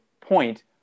point